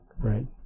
right